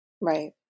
Right